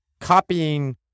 copying